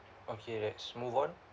okay let's move on